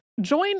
Join